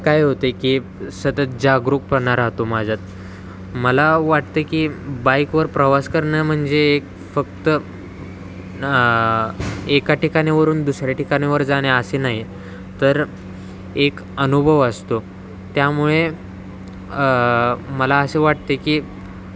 काय होत आहे की सतत जागरूकपणा राहतो माझ्यात मला वाटत आहे की बाईकवर प्रवास करणं म्हणजे एक फक्त एका ठिकाणीवरून दुसऱ्या ठिकाणावर जाणे असे नाही तर एक अनुभव असतो त्यामुळे मला असे वाटते की